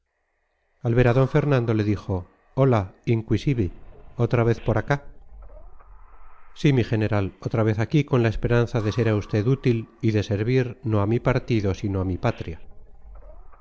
al ver a d fernando le dijo hola inquisivi otra vez por acá sí mi general otra vez aquí con la esperanza de ser a usted útil y de servir no a mi partido sino a mi patria